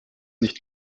nicht